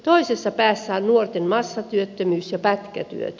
toisessa päässä on nuorten massatyöttömyys ja pätkätyöt